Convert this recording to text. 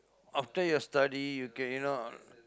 after your study you can you know